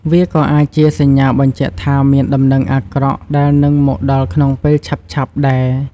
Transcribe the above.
វាក៏អាចជាសញ្ញាបញ្ជាក់ថាមានដំណឹងអាក្រក់ដែលនឹងមកដល់ក្នុងពេលឆាប់ៗដែរ។